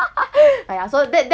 ya so that that